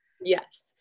Yes